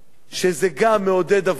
זה גם מעודד עבודה,